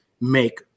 make